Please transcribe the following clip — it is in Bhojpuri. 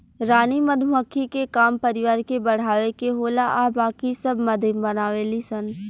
रानी मधुमक्खी के काम परिवार के बढ़ावे के होला आ बाकी सब मध बनावे ली सन